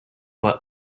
but